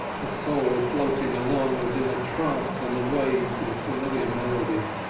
her soul floating along as in a trance on the waves of a familiar melody.